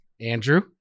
Andrew